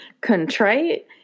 contrite